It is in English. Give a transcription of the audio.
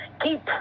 Keep